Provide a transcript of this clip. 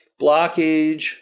blockage